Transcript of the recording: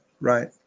right